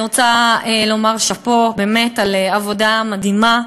אני רוצה לומר שאפו באמת על עבודה מדהימה.